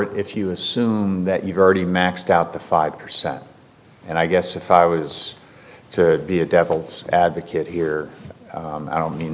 it if you assume that you've already maxed out the five percent and i guess if i was to be a devil's advocate here i don't mean